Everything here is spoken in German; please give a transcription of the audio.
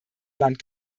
land